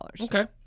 Okay